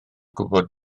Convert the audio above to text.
gwybod